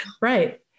right